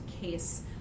case